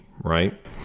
right